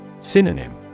Synonym